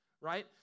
right